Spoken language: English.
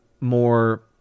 more